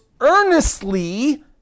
earnestly